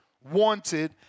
wanted